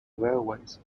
railways